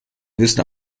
wissen